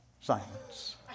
Silence